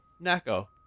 Naco